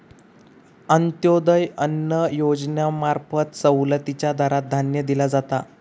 अंत्योदय अन्न योजनेंमार्फत सवलतीच्या दरात धान्य दिला जाता